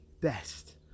best